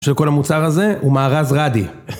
של כל המוצר הזה, הוא מארז ראדי.